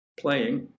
playing